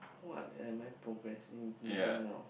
what am I progressing now